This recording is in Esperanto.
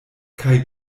kaj